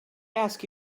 ask